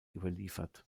überliefert